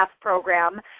program